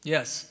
Yes